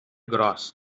gros